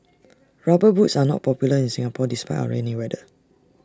rubber boots are not popular in Singapore despite our rainy weather